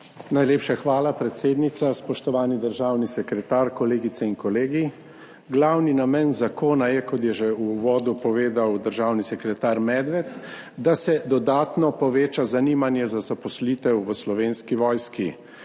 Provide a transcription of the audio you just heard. Najlepša hvala, predsednica. Spoštovani državni sekretar, kolegice in kolegi! Glavni namen zakona je, kot je že v uvodu povedal državni sekretar Medved, da se dodatno poveča zanimanje za zaposlitev v Slovenski vojski.